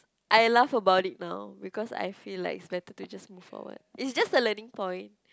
I laugh about it now because I feel like it's better to just move forward it's just a learning point